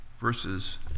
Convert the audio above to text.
verses